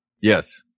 Yes